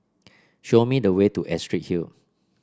show me the way to Astrid Hill